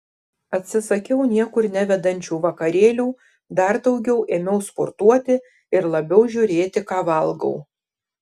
atsisakiau niekur nevedančių vakarėlių dar daugiau ėmiau sportuoti ir labiau žiūrėti ką valgau